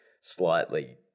slightly